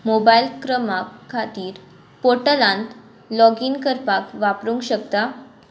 mobile क्रमांक खातीर पोर्टलांत लॉगीन करपाक वापरूंक शकता